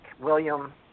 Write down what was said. William